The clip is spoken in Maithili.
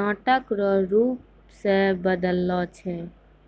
नाटक रो रूप से बदललो छै